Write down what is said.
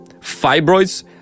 fibroids